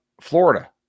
florida